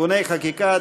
(תיקוני חקיקה),